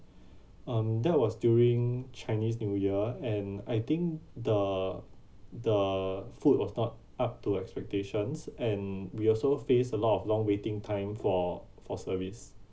um that was during chinese new year and I think the the food was not up to expectations and we also faced a lot of long waiting time for for service